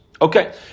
Okay